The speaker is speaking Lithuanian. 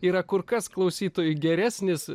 yra kur kas klausytojui geresnis